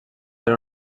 era